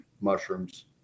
mushrooms